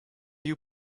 you